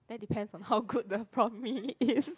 that depends on how good the prawn mee is